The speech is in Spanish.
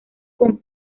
con